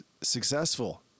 successful